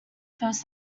first